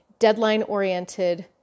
deadline-oriented